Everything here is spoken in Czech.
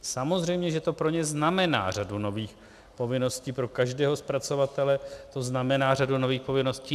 Samozřejmě že to pro ně znamená řadu nových povinností, pro každého zpracovatele to znamená řadu nových povinností.